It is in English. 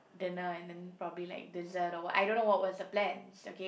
dinner and then probably like dessert or what I don't know what was the plans okay